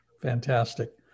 Fantastic